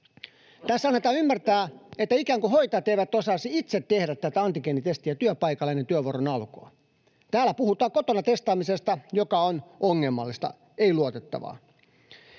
Tässä annetaan ymmärtää, että ikään kuin hoitajat eivät osaisi itse tehdä tätä antigeenitestiä työpaikallaan ennen työvuoron alkua. Täällä puhutaan kotona testaamisesta, joka on ongelmallista, ei luotettavaa.